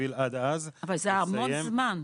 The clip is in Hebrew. בשביל עד אז לסיים --- אבל זה הרבה זמן.